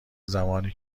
زمانی